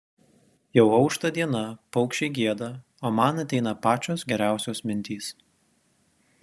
jau aušta diena paukščiai gieda o man ateina pačios geriausios mintys